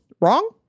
wrong